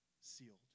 sealed